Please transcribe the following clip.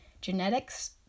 genetics